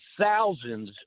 thousands